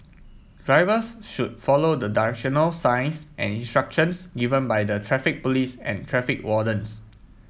drivers should follow the directional signs and instructions given by the Traffic Police and traffic wardens